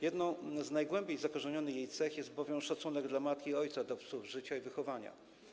Jedną z najgłębiej zakorzenionych jej cech jest bowiem szacunek dla matki i ojca, dawców życia i wychowania.